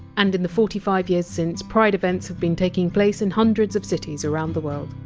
and in the forty five years since, pride events have been taking place in hundreds of cities around the world